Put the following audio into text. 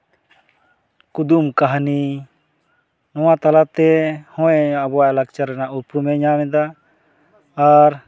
ᱠᱩᱫᱩᱢ ᱠᱟᱹᱦᱱᱤ ᱱᱚᱣᱟ ᱛᱟᱞᱟᱛᱮ ᱦᱚᱸᱭ ᱟᱵᱚᱣᱟᱜ ᱞᱟᱠᱪᱟᱨ ᱨᱮᱱᱟᱜ ᱩᱯᱨᱩᱢᱮ ᱧᱟᱢᱮᱫᱟ ᱟᱨ